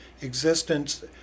existence